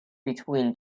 between